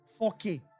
4K